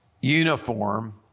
uniform